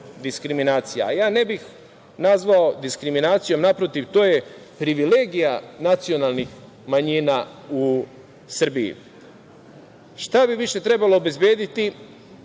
diskriminacija. Ja ne bih nazvao „diskriminacijom“, naprotiv, to je privilegija nacionalnih manjina u Srbiji. Šta bi više trebalo obezbediti,